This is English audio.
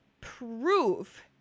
prove